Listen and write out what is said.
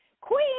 Queen